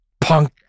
Punk